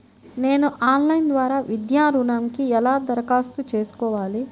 నేను ఆన్లైన్ ద్వారా విద్యా ఋణంకి ఎలా దరఖాస్తు చేసుకోవాలి?